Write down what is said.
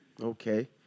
Okay